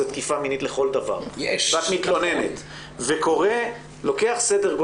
זו תקיפה מינית לכל דבר - ועוברת סדר גודל